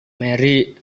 mary